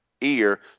ear